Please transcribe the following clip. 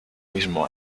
mismo